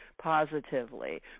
positively